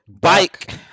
Bike